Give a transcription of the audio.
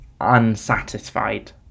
unsatisfied